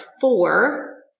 four